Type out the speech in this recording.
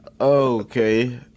Okay